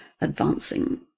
advancing